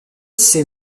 sait